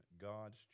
God's